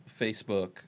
Facebook